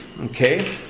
Okay